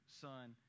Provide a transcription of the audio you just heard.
son